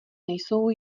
nejsou